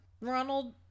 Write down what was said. Ronald